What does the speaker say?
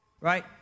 right